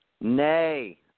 Nay